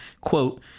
quote